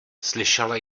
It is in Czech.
slyšela